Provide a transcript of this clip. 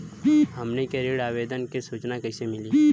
हमनी के ऋण आवेदन के सूचना कैसे मिली?